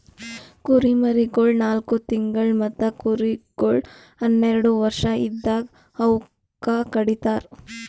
ಕುರಿಮರಿಗೊಳ್ ನಾಲ್ಕು ತಿಂಗುಳ್ ಮತ್ತ ಕುರಿಗೊಳ್ ಹನ್ನೆರಡು ವರ್ಷ ಇದ್ದಾಗ್ ಅವೂಕ ಕಡಿತರ್